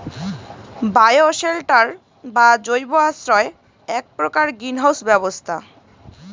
bioshelter বা জৈব আশ্রয় এ্যাক প্রকার গ্রীন হাউস ব্যবস্থা